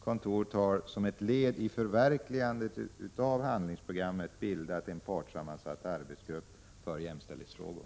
Kontoret har som ett led i förverkligandet av handlingsprogrammet bildat en partssammansatt arbetsgrupp för jämställdhetsfrågor.